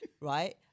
right